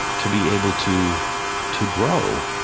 to be able to to grow.